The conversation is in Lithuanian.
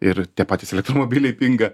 ir tie patys elektromobiliai pinga